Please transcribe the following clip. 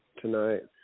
tonight